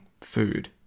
food